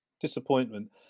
disappointment